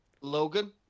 Logan